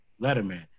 Letterman